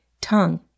tongue